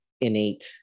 innate